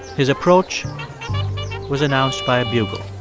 his approach was announced by a bugle